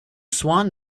swan